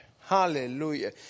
Hallelujah